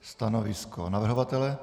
Stanovisko navrhovatele?